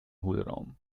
hohlraum